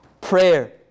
prayer